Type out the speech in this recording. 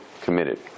committed